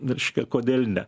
reiškia kodėl ne